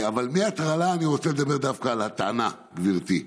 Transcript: מההטרלה אני רוצה לדבר דווקא על הטענה, גברתי.